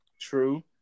True